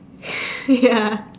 ya